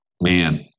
Man